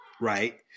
right